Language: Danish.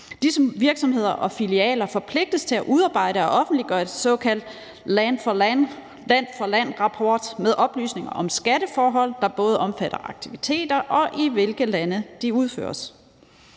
Disse virksomheder og filialer forpligtes til at udarbejde og offentliggøre en såkaldt land for land-rapport med oplysninger om skatteforhold, der både omfatter aktiviteter, og i hvilke lande de udføres.